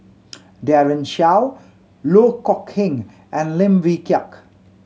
Daren Shiau Loh Kok Heng and Lim Wee Kiak